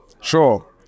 Sure